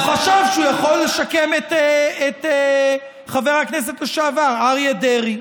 הוא חשב שהוא יכול לשקם את חבר הכנסת לשעבר אריה דרעי,